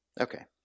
Okay